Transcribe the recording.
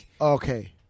Okay